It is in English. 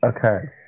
Okay